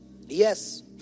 yes